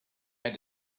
had